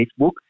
Facebook